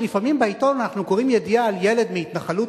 שלפעמים בעיתון אנחנו קוראים ידיעה על ילד מהתנחלות,